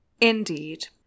Indeed